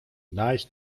nice